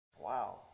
Wow